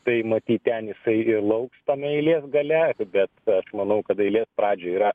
tai matyt ten jisai ir lauks tam eilės gale bet aš manau kad eilės pradžioj yra